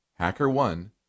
HackerOne